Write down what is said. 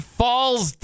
falls